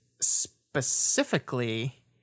specifically